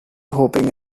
hoping